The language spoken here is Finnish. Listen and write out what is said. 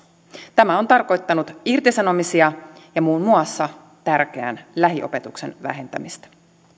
tämä on tarkoittanut irtisanomisia ja muun muassa tärkeän lähiopetuksen vähentämistä